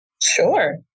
Sure